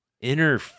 inner